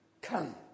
Come